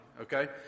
okay